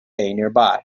nearby